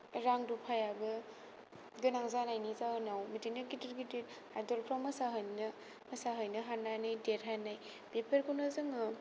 रां रुफायाबो गोनां जानायनि जाउनाव बिदिनो गिदिर गिदिर हादरफ्राव मोसाहैनो मोसाहैनो हानानै देराहानाय बेफोरखौनो जोङो